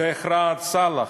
השיח' ראאד סלאח,